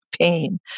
pain